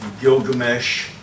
Gilgamesh